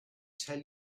tell